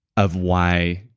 of why.